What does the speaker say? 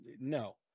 No